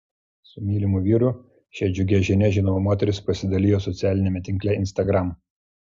su mylimu vyru šia džiugia žinia žinoma moteris pasidalijo socialiniame tinkle instagram